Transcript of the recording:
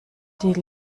die